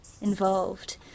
involved